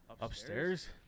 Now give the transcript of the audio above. Upstairs